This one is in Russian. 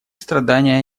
страдания